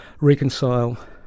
reconcile